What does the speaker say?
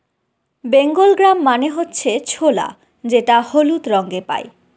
Bengal gram মানে হচ্ছে ছোলা যেটা হলুদ রঙে পাই